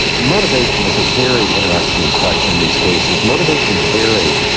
motivation is a very interesting question in these cases. motivations vary,